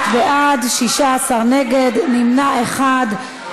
41 בעד, 16 נגד, נמנע אחד.